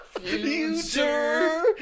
Future